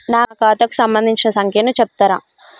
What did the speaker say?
నా ఖాతా కు సంబంధించిన సంఖ్య ను చెప్తరా?